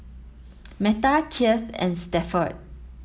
Metta Keith and Stafford